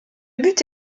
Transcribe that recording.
but